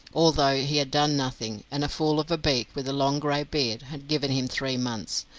although he had done nothing, and a fool of a beak, with a long grey beard, had given him three months,